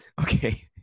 Okay